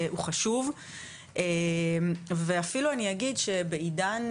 הוא חשוב ואפילו אני אגיד שבעידן,